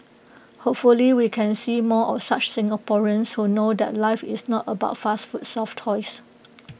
hopefully we can see more of such Singaporeans who know that life is not about fast food soft toys